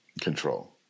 control